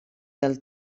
del